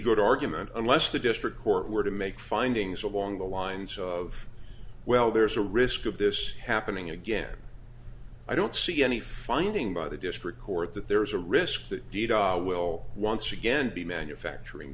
good argument unless the district court were to make findings along the lines of well there's a risk of this happening again i don't see any finding by the district court that there is a risk that data will once again be manufacturing